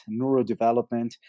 neurodevelopment